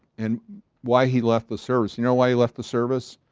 and why he left the service. you know why he left the service?